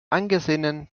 angesehenen